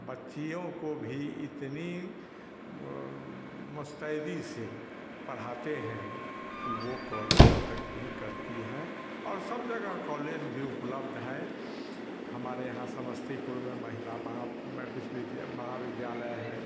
बच्चियों को भी इतनी मुस्तैदी से पढ़ाते हैं कि वो कॉलेज तक भी करती है और सब जगह कॉलेज भी उपलब्ध है हमारे यहाँ समस्तीपुर में महिला महा में विश्वविद्या महाविद्यालय है